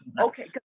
okay